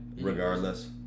Regardless